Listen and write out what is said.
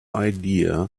idea